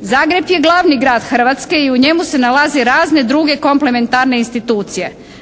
Zagreb je glavni grad Hrvatske i u njemu se nalaze razne druge komplementarne institucije.